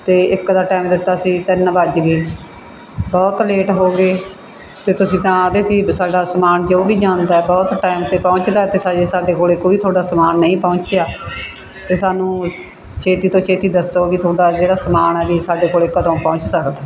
ਅਤੇ ਇੱਕ ਵਜੇ ਦਾ ਟਾਈਮ ਦਿੱਤਾ ਸੀ ਤਿੰਨ ਵੱਜ ਗਏ ਬਹੁਤ ਲੇਟ ਹੋ ਗਏ ਅਤੇ ਤੁਸੀਂ ਤਾਂ ਆਖਦੇ ਸੀ ਵੀ ਸਾਡਾ ਸਮਾਨ ਜੋ ਵੀ ਜਾਂਦਾ ਬਹੁਤ ਟਾਈਮ 'ਤੇ ਪਹੁੰਚਦਾ ਅਤੇ ਸਾਜੇ ਸਾਡੇ ਕੋਲ ਕੋਈ ਤੁਹਾਡਾ ਸਮਾਨ ਨਹੀਂ ਪਹੁੰਚਿਆ ਅਤੇ ਸਾਨੂੰ ਛੇਤੀ ਤੋਂ ਛੇਤੀ ਦੱਸੋ ਵੀ ਤੁਹਾਡਾ ਜਿਹੜਾ ਸਮਾਨ ਹੈ ਵੀ ਸਾਡੇ ਕੋਲ ਕਦੋਂ ਪਹੁੰਚ ਸਕਦਾ